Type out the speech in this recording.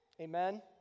Amen